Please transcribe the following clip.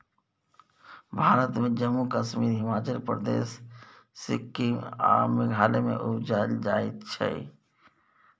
भारत मे जम्मु कश्मीर, हिमाचल प्रदेश, सिक्किम आ मेघालय मे उपजाएल जाइ छै